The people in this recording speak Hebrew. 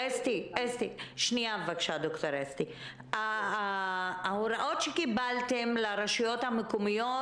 ד"ר אסתי, ההוראות שקיבלתם לרשויות המקומיות,